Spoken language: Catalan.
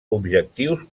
objectius